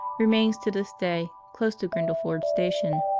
remains, to this day, close to grindle ford station.